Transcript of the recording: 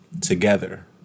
together